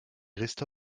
resta